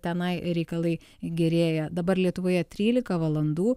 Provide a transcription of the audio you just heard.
tenai reikalai gerėja dabar lietuvoje trylika valandų